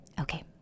Okay